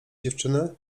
dziewczyny